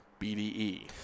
BDE